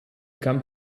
come